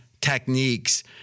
techniques